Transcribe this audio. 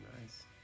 nice